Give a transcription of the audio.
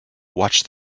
watch